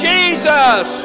Jesus